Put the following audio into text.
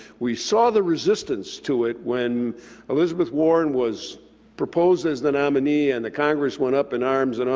we saw the resistance to it when elizabeth warren was proposed as the nominee, and the congress went up in arms, and